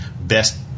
best